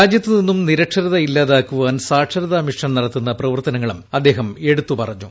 രാജ്യത്ത് നിന്നും നിരക്ഷരത ഇല്ലാതാക്കുവാൻ സാക്ഷരതാ മിഷൻ നടത്തുന്ന പ്രവർത്തനങ്ങളും അദ്ദേഹം എടുത്തു പറഞ്ഞു